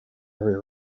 area